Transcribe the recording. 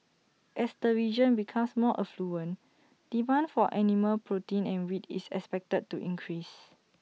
as the region becomes more affluent demand for animal protein and wheat is expected to increase